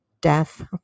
death